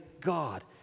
God